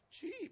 cheap